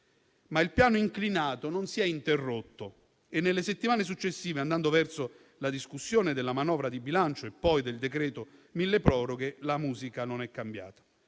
Ma il piano inclinato non si è interrotto e nelle settimane successive, andando verso la discussione della manovra di bilancio e poi del decreto-legge milleproroghe, la musica non è cambiata.